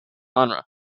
genre